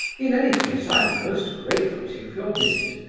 in any case, i am most grateful to you for your visit,